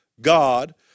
God